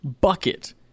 bucket